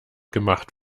gemacht